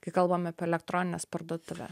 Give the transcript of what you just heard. kai kalbame apie elektronines parduotuve